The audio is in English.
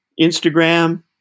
Instagram